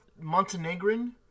Montenegrin